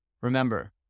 Remember